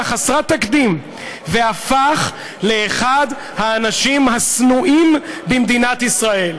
חסרת תקדים והפך לאחד האנשים השנואים במדינת ישראל.